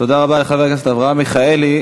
תודה רבה לחבר הכנסת אברהם מיכאלי.